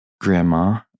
grandma